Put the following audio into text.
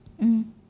mm